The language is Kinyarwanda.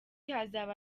hazaba